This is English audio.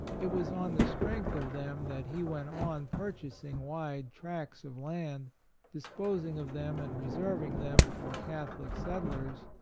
it was on the strength of them that he went on purchasing wide tracts of land disposing of them and reserving them for cath olic settlers,